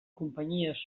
companyies